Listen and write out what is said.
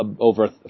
over